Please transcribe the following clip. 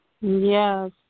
Yes